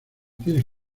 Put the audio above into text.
tienes